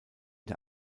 der